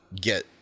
get